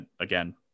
again